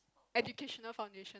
educational foundation